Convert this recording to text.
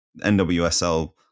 NWSL